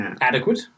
adequate